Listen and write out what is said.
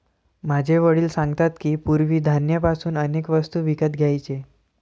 माझे वडील सांगतात की, पूर्वी धान्य पासून अनेक वस्तू विकत घ्यायचे